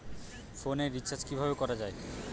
ফোনের রিচার্জ কিভাবে করা যায়?